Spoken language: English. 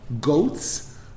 Goats